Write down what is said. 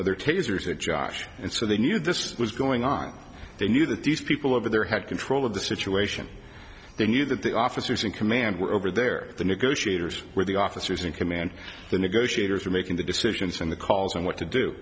shoot their tasers at josh and so they knew this was going on they knew that these people over there had control of the situation they knew that the officers in command were over there the negotiators were the officers in command the negotiators are making the decisions and the calls on what to do